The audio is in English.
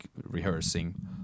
rehearsing